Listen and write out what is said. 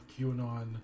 QAnon